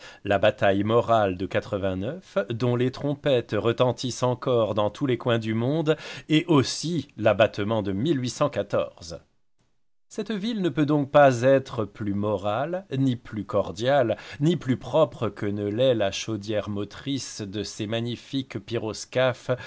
la bataille morale de dont les trompettes retentissent encore dans tous les coins du monde et aussi l'abattement de cette ville ne peut donc pas être plus morale ni plus cordiale ni plus propre que ne l'est la chaudière motrice de ces magnifiques